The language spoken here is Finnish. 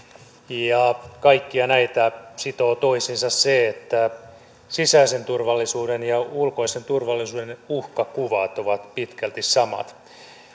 ja kaikkia näitä sitoo toisiinsa se että sisäisen turvallisuuden ja ulkoisen turvallisuuden uhkakuvat ovat pitkälti samat